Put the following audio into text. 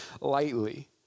lightly